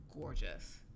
gorgeous